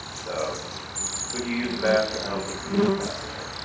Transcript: so could you use a bathroom? i don't think you use the bathroom.